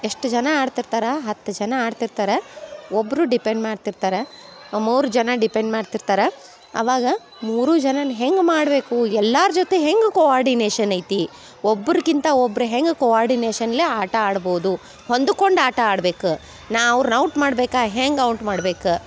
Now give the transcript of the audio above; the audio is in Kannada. ಎಷ್ಟು ಜನ ಆಡ್ತಿರ್ತಾರೆ ಹತ್ತು ಜನ ಆಡ್ತಿರ್ತಾರೆ ಒಬ್ಬರು ಡಿಪೆಂಡ್ ಮಾಡ್ತಿರ್ತಾರೆ ಆ ಮೂರೂ ಜನ ಡಿಪೆಂಡ್ ಮಾಡ್ತಿರ್ತಾರೆ ಅವಾಗ ಮೂರೂ ಜನನೂ ಹೆಂಗೆ ಮಾಡಬೇಕು ಎಲ್ಲರ ಜೊತೆ ಹೆಂಗೆ ಕೋಆರ್ಡಿನೇಶನ್ ಐತಿ ಒಬ್ಬರಕಿಂತ ಒಬ್ರು ಹೆಂಗೆ ಕೋಆರ್ಡಿನೇಶನ್ನಲ್ಲೇ ಆಟ ಆಡ್ಬೋದು ಹೊಂದಿಕೊಂಡ್ ಆಟ ಆಡ್ಬೇಕು ನಾನು ಅವ್ರ್ನ ಔಟ್ ಮಾಡ್ಬೇಕು ಹೆಂಗೆ ಔಟ್ ಮಾಡ್ಬೇಕು